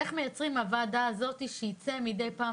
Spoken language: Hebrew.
איך מייצרים בוועדה הזאת שייצא מדי פעם